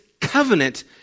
covenant